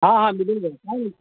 हाँ हाँ मिलेगा काहे नहीं